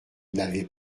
n’avaient